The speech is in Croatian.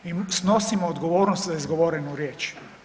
I snosimo odgovornost za izgovorenu riječ.